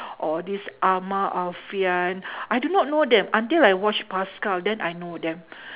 or this ahmad-alfian I do not know them until I watch paskal then I know them